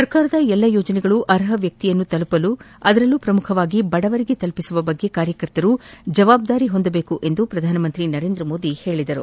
ಸರ್ಕಾರದ ಎಲ್ಲಾ ಯೋಜನೆಗಳು ಅರ್ಹ ವ್ಯಕ್ತಿಯನ್ನು ತಲುಪಲು ಅದರಲ್ಲೂ ಪ್ರಮುಖವಾಗಿ ಬಡವರಿಗೆ ತಲುಪಿಸುವ ಬಗ್ಗೆ ಕಾರ್ಯಕರ್ತರು ಜವಾಬ್ದಾರಿ ಹೊಂದಬೇಕು ಎಂದು ಪ್ರಧಾನಮಂತ್ರಿ ನರೇಂದ್ರ ಮೋದಿ ಹೇಳಿದರು